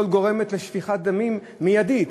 שגורמת לשפיכות דמים מיידית.